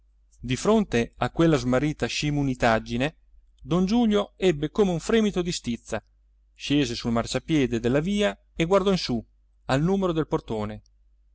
di fronte a quella smarrita scimunitaggine don giulio ebbe come un fremito di stizza scese sul marciapiede della via e guardò in su al numero del portone